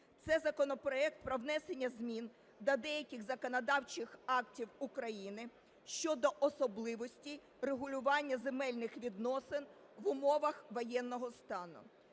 Це законопроект про внесення змін до деяких законодавчих актів України щодо особливості регулювання земельних відносин в умовах воєнного стану.